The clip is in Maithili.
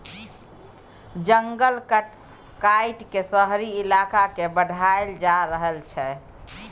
जंगल काइट के शहरी इलाका के बढ़ाएल जा रहल छइ